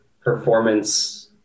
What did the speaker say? performance